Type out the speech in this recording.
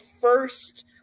first